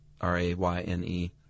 R-A-Y-N-E